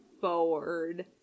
forward